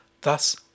thus